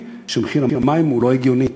שמחיר המים הוא לא הגיוני.